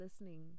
listening